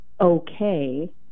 okay